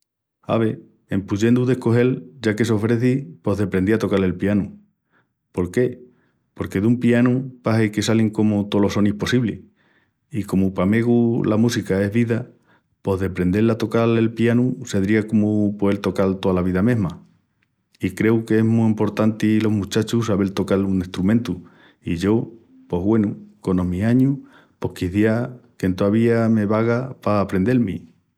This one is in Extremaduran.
Ave, en puyendu descogel, ya que s'ofreci pos deprendía a tocal el pianu. Porque? Porque dun pianu pahi que salin comu tolos sonis possiblis i, comu pa megu, la música es vida, pos deprendel a tocal el pianu sedría comu poel tocal toa la vida mesma. I creu qu'es mu emportanti los muchachus sabel tocal un estrumentu i yo, pos güenu, conos mis añus, pos quiciás qu'entovía me vaga pa aprendel-mi.